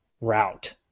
route